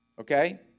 okay